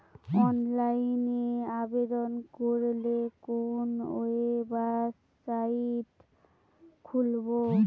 অনলাইনে আবেদন করলে কোন ওয়েবসাইট খুলব?